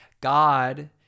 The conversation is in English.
God